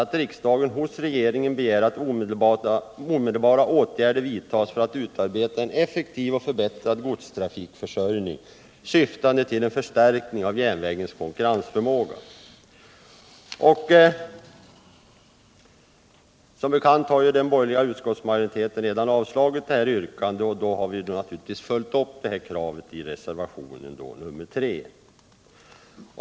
att riksdagen hos regeringen begär att omedelbara åtgärder vidtas för att utveckla en effektiv och förbättrad godstrafikförsörjning, syftande till en förstärkning av järnvägens konkurrensförmåga. Som bekant har den borgerliga utskottsmajoriteten redan avstyrkt detta yrkande. Då har vi naturligtvis följt upp kravet i reservationen 3.